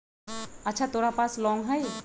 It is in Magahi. अच्छा तोरा पास लौंग हई?